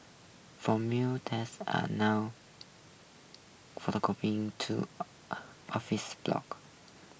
four tens are now two office blocks